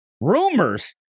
rumors